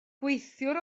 gweithiwr